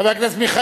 חבר הכנסת מיכאלי,